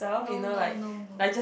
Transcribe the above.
no no no no